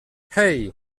hej